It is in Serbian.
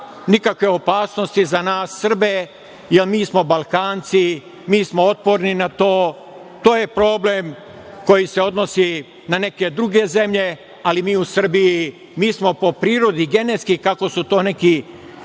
nikakve opasnosti za nas Srbe, jer mi smo Balkanci, mi smo otporni na to, to je problem koji se odnosi na neke druge zemlje, ali mi u Srbiji, mi smo po prirodi, genetski, kako su to neki